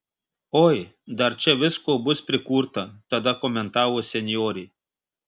oi dar čia visko bus prikurta tada komentavo senjorė